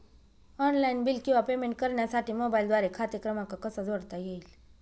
Online bill किंवा payment करण्यासाठी मोबाईलद्वारे खाते क्रमांक कसा जोडता येईल?